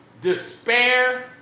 despair